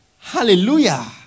Hallelujah